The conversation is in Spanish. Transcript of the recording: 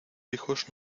hijos